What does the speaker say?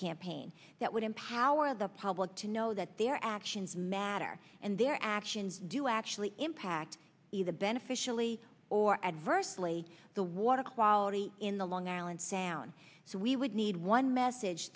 campaign that would empower the public to know that their actions matter and their actions do actually impact the beneficially or adversely the water quality in the long island sound so we would need one message